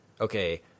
okay